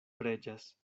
preĝas